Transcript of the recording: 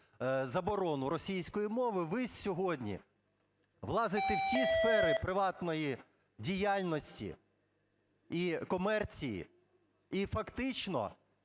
заборону російської мови, ви сьогодні влазите в ці сфери приватної діяльності і комерції. І фактично